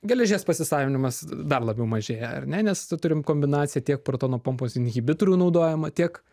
geležies pasisavinimas dar labiau mažėja ar ne nes turim kombinaciją tiek protonų pompos inhibitorių naudojimą tiek